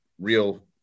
real